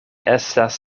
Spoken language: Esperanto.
estas